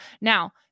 Now